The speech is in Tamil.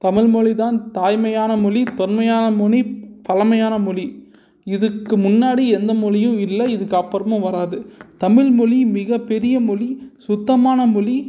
தமிழ் மொழி தான் தாய்மையான மொழி தொன்மையான மொழி பழமையான மொழி இதுக்கு முன்னாடி எந்த மொழியும் இல்லை இதுக்கு அப்புறமும் வராது தமிழ்மொழி மிகப்பெரிய மொழி சுத்தமான மொழி